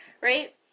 Right